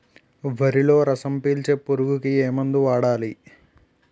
వరిలో రసం పీల్చే పురుగుకి ఏ మందు వాడాలి?